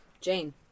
Jane